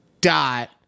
dot